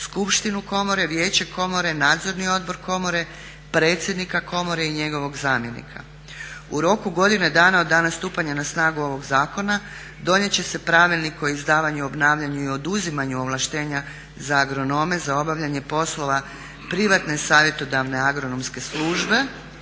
skupštinu komore, vijeće komore, nadzorni odbor komore, predsjednika komora i njegovog zamjenika. U roku godine dana od dana stupanja na snagu ovog zakona donijet će se pravilnik o izdavanju, obnavljanju i oduzimanju ovlaštenja za agronome za obavljanje poslova privatne savjetodavne agronomske službe,